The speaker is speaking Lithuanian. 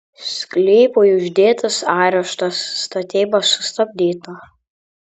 sklypui uždėtas areštas statyba sustabdyta